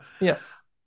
yes